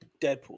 deadpool